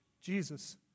Jesus